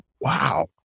Wow